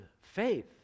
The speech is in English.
faith